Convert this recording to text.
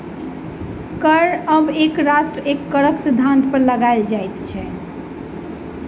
कर आब एक राष्ट्र एक करक सिद्धान्त पर लगाओल जाइत अछि